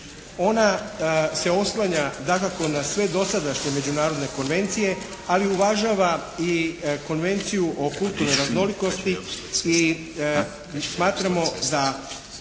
Ona se oslanja dakako na sve dosadašnje međunarodne konvencije, ali uvažava i Konvenciju o kulturnoj raznolikosti i smatramo da